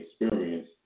experience